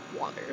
Water